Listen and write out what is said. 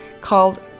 called